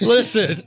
Listen